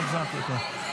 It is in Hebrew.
לא החזרתי אותו.